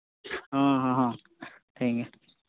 ᱦᱚᱸ ᱦᱚᱸ ᱴᱷᱤᱠ ᱜᱮᱭᱟ